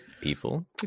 people